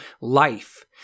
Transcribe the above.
life